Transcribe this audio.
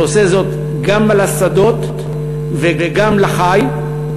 שעושה זאת גם לצומח וגם לחי,